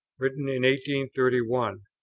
written in thirty one.